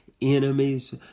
enemies